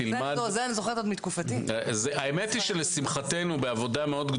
אני זוכרת זאת מתקופתי, לפני שלושים שנה.